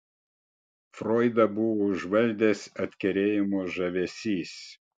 froidą buvo užvaldęs atkerėjimo žavesys